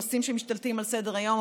נושאים שמשתלטים על סדר-היום,